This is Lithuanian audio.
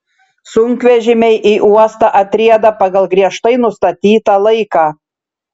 sunkvežimiai į uostą atrieda pagal griežtai nustatytą laiką